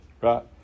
right